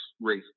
race